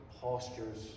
postures